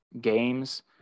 games